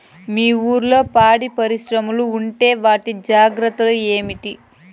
మీ ఊర్లలో పాడి పరిశ్రమలు ఉంటే వాటి జాగ్రత్తలు ఏమిటి